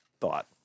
thought